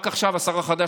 רק עכשיו השר החדש,